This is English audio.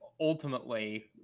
ultimately